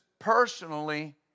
personally